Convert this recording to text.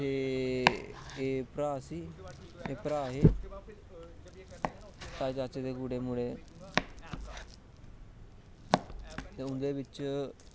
तोे एह् भ्राएं ताएं चाचें दे मुड़े ते उंदे बिच्च